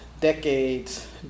decades